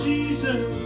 Jesus